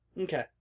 Okay